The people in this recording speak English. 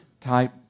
type